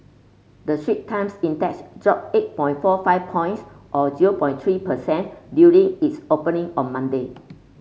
the Straits Times Index dropped eight forty five points or zero point three per cent during its opening on Monday